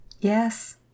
yes